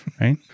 Right